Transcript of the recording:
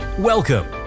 Welcome